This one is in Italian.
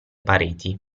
pareti